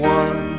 one